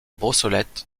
brossolette